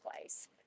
place